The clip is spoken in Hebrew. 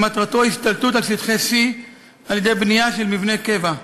שמטרתו השתלטות על שטחי C על-ידי בנייה של מבני קבע.